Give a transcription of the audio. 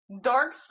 Dark